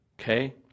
Okay